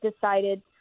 decided